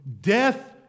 death